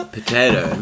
Potato